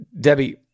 Debbie